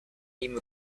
jím